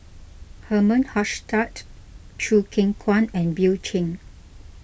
Herman Hochstadt Choo Keng Kwang and Bill Chen